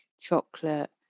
chocolate